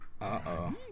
Uh-oh